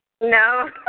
No